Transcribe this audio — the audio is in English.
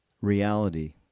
reality